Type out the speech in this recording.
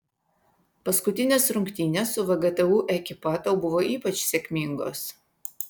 paskutinės rungtynės su vgtu ekipa tau buvo ypač sėkmingos